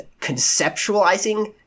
conceptualizing